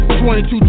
22